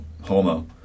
Homo